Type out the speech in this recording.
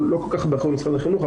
הוא לא כל כך באחריות משרד החינוך,